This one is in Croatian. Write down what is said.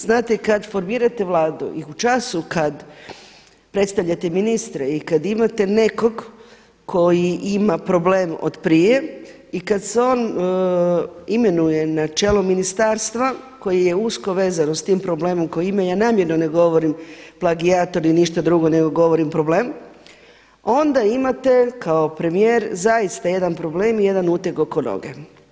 Znate kad formirate Vladu i u času kad predstavljate ministre i kad imate nekog koji ima problem od prije i kad se on imenuje na čelo ministarstva koji je usko vezan tim problemom koji ima ja namjerno ne govorim plagijator i ništa drugo nego govorim problem, onda imate kao premijer zaista jedan problem i jedan uteg oko noge.